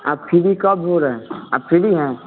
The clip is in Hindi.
आप फ्री कब हो रहे हैं आप फ्री हैं